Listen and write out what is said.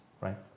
right